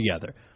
together